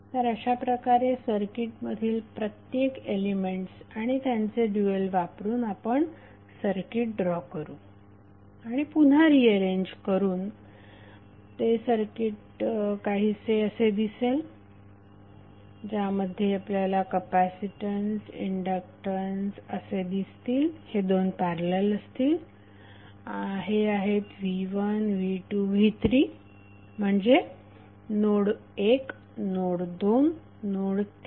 तर अशाप्रकारे सर्किटमधील मधील प्रत्येक एलिमेंट्स आणि त्यांचे ड्यूएल वापरून आपण सर्किट ड्रॉ करू आणि पुन्हा रीअरेंज करून ते सर्किट काहीसे असे दिसेल ज्यामध्ये आपल्याला कपॅसीटन्स आणि कंडक्टन्स असे दिसतील हे दोन पॅरलल असतील हे आहेत v1 v2 आणि v3 म्हणजे नोड1 नोड2 नोड3